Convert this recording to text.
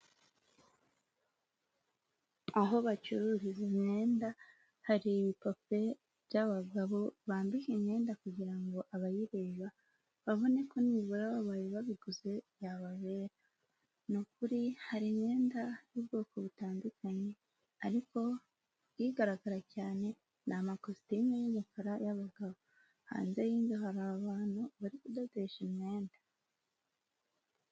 Aho bacururiza imyenda, hari ibipupe by'abagabo bambika imyenda kugira ngo abayireba babone ko nibura babaye babiguze byababera. Ni ukuri hari imyenda y'ubwoko butandukanye, ariko igaragara cyane ni amakositime y'umukara y'abagabo, hanze y'inzu hari abantu bari kudodesha imyenda.